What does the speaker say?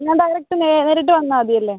ഞാൻ ഡയറക്റ്റ് നേരിട്ട് വന്നാൽ മതി അല്ലേ